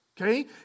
Okay